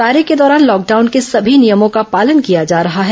कार्य के दौरान लॉकडाउन के सभी नियमों का पालन किया जा रहा है